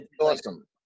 awesome